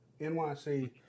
NYC